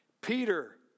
Peter